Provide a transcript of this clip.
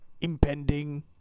impending